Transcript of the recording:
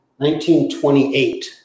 1928